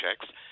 checks